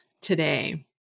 today